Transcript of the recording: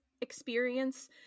experience